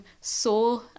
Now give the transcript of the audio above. saw